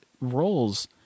roles